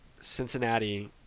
Cincinnati